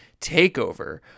takeover